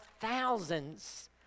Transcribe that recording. thousands